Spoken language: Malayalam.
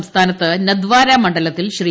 സംസ്ഥാനത്ത് നദ്വാരാ മുണ്ഡലത്തിൽ ശ്രീ